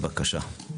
בבקשה.